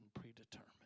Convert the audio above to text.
predetermined